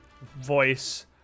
voice